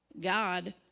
God